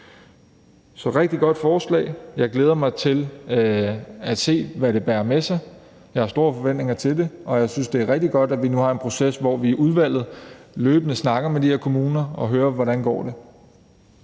et rigtig godt forslag. Jeg glæder mig til at se, hvad det bærer med sig. Jeg har store forventninger til det, og jeg synes, det er rigtig godt, at vi nu har en proces, hvor vi i udvalget løbende snakker med de her kommuner og hører, hvordan det går.